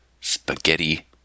spaghetti